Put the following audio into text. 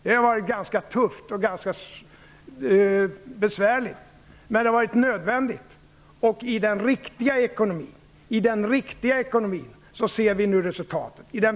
Det har varit ganska tufft och besvärligt. Men det har varit nödvändigt. I den riktiga ekonomin ser vi nu resultatet.